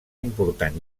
important